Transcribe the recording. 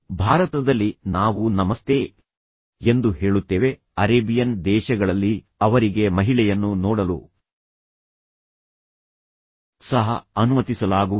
ಭಾರತದಲ್ಲಿ ನಾವು ನಮಸ್ತೇ ಎಂದು ಹೇಳುತ್ತೇವೆ ಅರೇಬಿಯನ್ ದೇಶಗಳಲ್ಲಿ ಅವರಿಗೆ ಮಹಿಳೆಯನ್ನು ನೋಡಲು ಸಹ ಅನುಮತಿಸಲಾಗುವುದಿಲ್ಲ